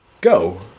Go